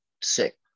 sick